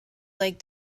lake